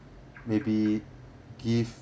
maybe give